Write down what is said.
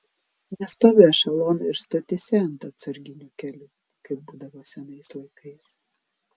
nestovi ešelonai ir stotyse ant atsarginių kelių kaip būdavo senais laikais